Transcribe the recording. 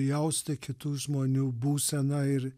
jausti kitų žmonių būseną ir